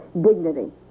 dignity